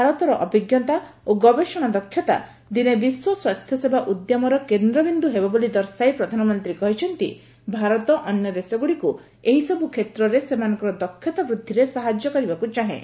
ଭାରତର ଅଭିଜ୍ଞତା ଓ ଗବେଷଣା ଦକ୍ଷତା ଦିନେ ବିଶ୍ୱ ସ୍ନାସ୍ଥ୍ୟ ସେବା ଉଦ୍ୟମର କେନ୍ଦ୍ରିନ୍ଦ୍ର ହେବ ବୋଲି ଦର୍ଶାଇ ପ୍ରଧାନମନ୍ତ୍ରୀ କହିଛନ୍ତି ଭାରତ ଅନ୍ୟ ଦେଶଗୁଡ଼ିକୁ ଏହିସବୁ କ୍ଷେତ୍ରରେ ଏମାନଙ୍କର ଦକ୍ଷତା ବୃଦ୍ଧିରେ ସାହାଯ୍ୟ କରିବାକୁ ଚାହଁ